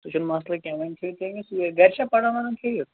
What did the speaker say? سُہ چھُنہٕ مَسلہٕ کیٚنٛہہ وَنۍ چھُ تیٚلہِ یہِ گَرِ چھا پَران وَران ٹھیٖک